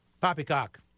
Poppycock